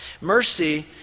Mercy